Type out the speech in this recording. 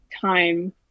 time